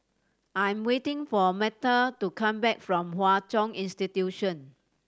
I am waiting for Metta to come back from Hwa Chong Institution